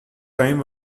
time